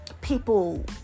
people